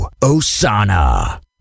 Osana